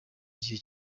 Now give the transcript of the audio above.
gihe